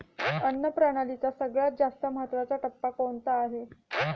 अन्न प्रणालीचा सगळ्यात जास्त महत्वाचा टप्पा कोणता आहे?